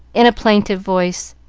in a plaintive voice,